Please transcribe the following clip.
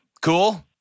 Cool